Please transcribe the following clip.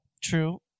True